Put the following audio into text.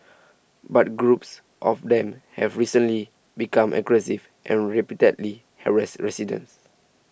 but groups of them have recently become aggressive and repeatedly harassed residents